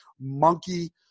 monkey